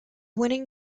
winning